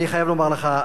אני חייב לומר לך,